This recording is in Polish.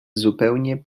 zupełnie